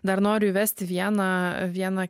dar noriu įvesti vieną vieną